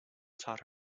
taught